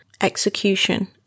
execution